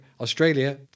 Australia